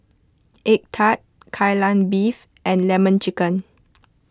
Egg Tart Kai Lan Beef and Lemon Chicken